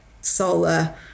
solar